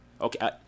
okay